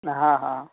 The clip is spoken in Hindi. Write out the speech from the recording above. हाँ हाँ